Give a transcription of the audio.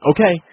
Okay